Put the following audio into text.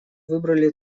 выбрали